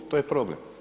To je problem.